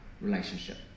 relationship